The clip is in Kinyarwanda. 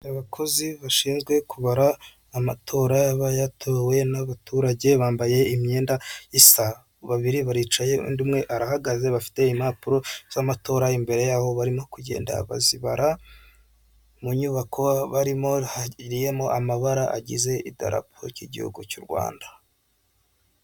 Abakozi bashinzwe kubara amatora aba yatowe n'abaturage bambaye imyenda isa babiri baricaye undi umwe arahagaze bafite impapuro z'amatora imbere yabo barimo kugenda bazibara, mu nyubako barimo hari amabara agize idarapo ry'igihugu cy'u Rwanda.